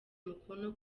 umukono